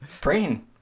Brain